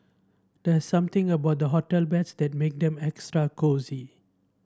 there's something about the hotel beds that make them extra cosy